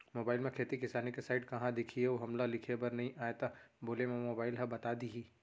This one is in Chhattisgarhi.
मोबाइल म खेती किसानी के साइट कहाँ दिखही अऊ हमला लिखेबर नई आय त का बोले म मोबाइल ह बता दिही?